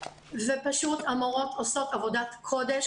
ופשוט המורות עושות עבודת קודש,